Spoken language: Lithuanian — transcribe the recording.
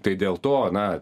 tai dėl to na